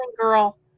girl